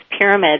pyramid